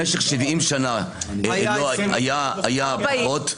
במשך 70 שנה היו פחות.